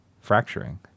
fracturing